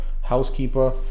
housekeeper